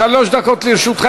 שלוש דקות לרשותך,